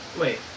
Wait